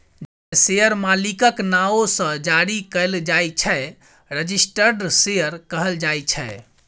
जे शेयर मालिकक नाओ सँ जारी कएल जाइ छै रजिस्टर्ड शेयर कहल जाइ छै